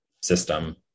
system